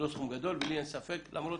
זה לא סכום גדול ואין לי ספק, למרות